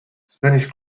spanish